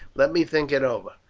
let me think it over.